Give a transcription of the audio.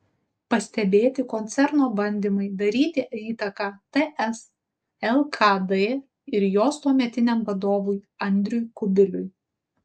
pastebėti koncerno bandymai daryti įtaką ts lkd ir jos tuometiniam vadovui andriui kubiliui